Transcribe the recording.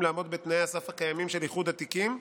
לעמוד בתנאי הסף הקיימים של איחוד התיקים,